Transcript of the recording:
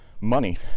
money